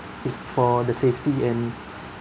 it's for the safety and